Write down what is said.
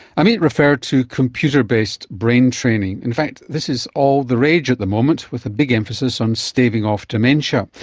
amit referred to computer-based brain training. in fact this is all the rage at the moment with a big emphasis on staving off dementia.